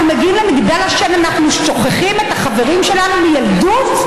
אנחנו מגיעים למגדל השן ואנחנו שוכחים את החברים שלנו מילדות?